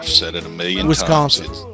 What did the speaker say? Wisconsin